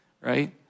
right